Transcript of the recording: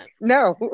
No